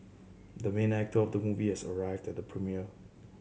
the main actor of the movie has arrived at the premiere